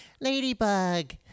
ladybug